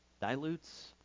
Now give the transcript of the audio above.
dilutes